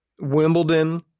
Wimbledon